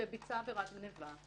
שביצע עבירת גניבה,